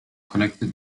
connected